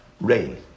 Rain